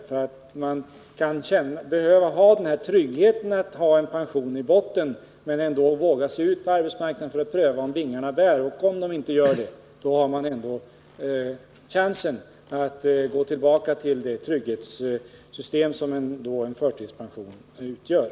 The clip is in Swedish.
En del människor kan behöva den trygghet som det ger att ha en pension i botten när de skall våga sig ut på arbetsmarknaden och pröva om vingarna bär. Om försöket inte lyckas har personen i fråga ändå chansen att gå tillbaka till det trygghetssystem som en förtidspension utgör.